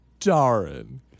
Darren